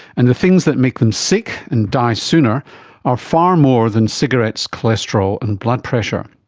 and the things that make them sick and die sooner are far more than cigarettes, cholesterol and blood pressure.